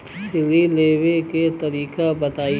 ऋण लेवे के तरीका बताई?